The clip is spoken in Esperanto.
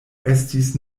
estis